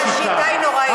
השיטה היא נוראית.